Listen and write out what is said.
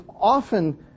often